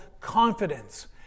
confidence